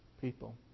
people